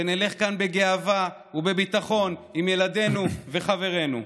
ונלך כאן בגאווה ובביטחון עם ילדינו וחברינו.